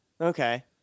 Okay